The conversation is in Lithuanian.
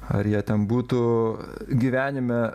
ar jie ten būtų gyvenime